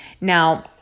Now